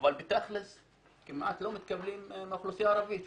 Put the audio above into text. אבל בפועל כמעט לא מתקבלים מהאוכלוסייה הערבית.